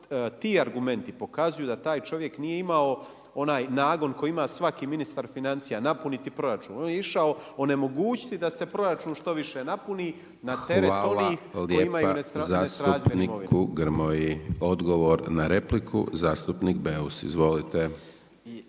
ti argumenti pokazuju da taj čovjek nije imao onaj nagon koji ima svaki ministar financija, napuniti proračun. on je išao onemogućiti da se proračun što više napuni na teret onih koji nesrazmjerne imovine. **Hajdaš Dončić, Siniša (SDP)** Hvala lijepa zastupniku Grmoji. Odgovor na repliku zastupnik Beus. Izvolite.